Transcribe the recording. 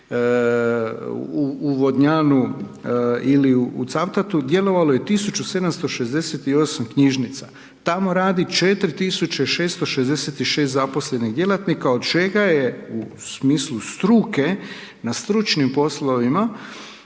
u Vodnjanu il u Cavtatu, djelovalo je 1768 knjižnica. Tako radi 4666 zaposlenih djelatnika, od čega je u smislu struke, na stručnim poslovima,